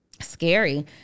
Scary